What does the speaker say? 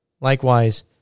Likewise